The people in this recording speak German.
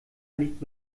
liegt